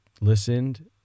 listened